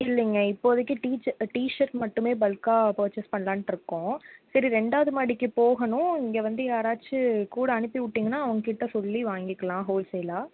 இல்லைங்க இப்போதைக்கி டிஷர்ட் மட்டும் பல்க்காக பர்ச்சேஸ் பண்ணலான்ட்ருக்கோம் சரி ரெண்டாவது மாடிக்கு போகணும் இங்கே வந்து யாராச்சும் கூட அனுப்பி விட்டிங்கன்னா அவங்கக்கிட்ட சொல்லி வாங்கிக்கலாம் ஹோல்சேலாக